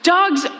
Dogs